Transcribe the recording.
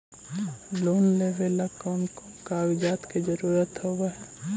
Loan लेबे ला कौन कौन कागजात के जरुरत होबे है?